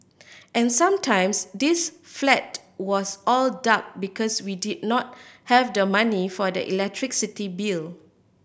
and sometimes this flat was all dark because we did not have the money for the electricity bill